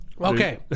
Okay